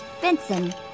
Vincent